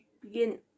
begin